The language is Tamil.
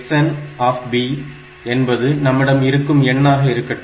xnb என்பது நம்மிடம் இருக்கும் எண்ணாக இருக்கட்டும்